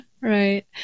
Right